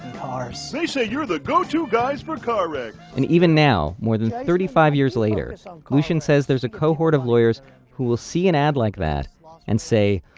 say say you're the go to guys for car wrecks and even now more than thirty five years later so lucian says there's a cohort of lawyers who'll see an ad like that and say,